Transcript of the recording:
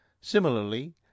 similarly